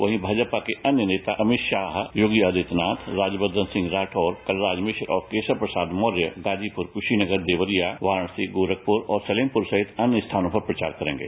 वहीं भाजपा के अन्य नेता अमित शाह योगी आदित्यनाथ राज्यवर्धन सिंह रागौर कलराज मिश्र और केराव प्रसाद मौर्य गाजीपुर कुशीनगर देवरिया वाराणसी गोरखपुर और सलेमपुर सहित अन्य स्थानों पर प्रचार करेंगे